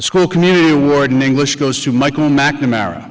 the school community warden english goes to michael mcnamara